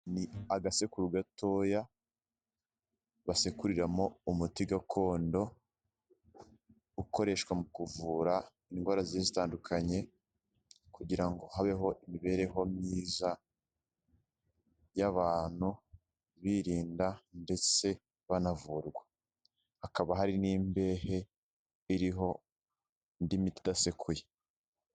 Ni agasekuru gatoya basekuriramo umuti gakondo ukoreshwa mu kuvura indwara zigiye zitandukanye, kugira ngo habeho imibereho myiza y'abantu birinda ndetse banavurwa, hakaba hari n'imbehe iriho indi miti idasekuye.